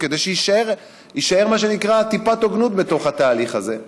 כדי שתישאר מה שנקרא טיפת הוגנות בתוך התהליך הזה.